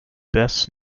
best